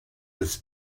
this